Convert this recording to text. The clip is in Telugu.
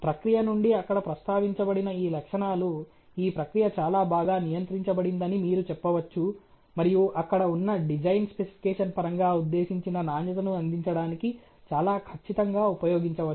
ప్రక్రియ నుండి అక్కడ ప్రస్తావించబడిన ఈ లక్షణాలు ఈ ప్రక్రియ చాలా బాగా నియంత్రించబడిందని మీరు చెప్పవచ్చు మరియు అక్కడ ఉన్న డిజైన్ స్పెసిఫికేషన్ పరంగా ఉద్దేశించిన నాణ్యతను అందించడానికి చాలా ఖచ్చితంగా ఉపయోగించవచ్చు